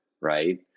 right